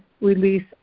release